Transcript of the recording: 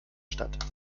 statt